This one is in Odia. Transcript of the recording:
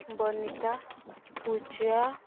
ବନିତା ପୂଜା